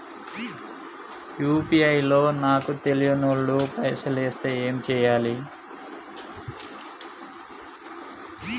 UPI లో నాకు తెల్వనోళ్లు పైసల్ ఎస్తే ఏం చేయాలి?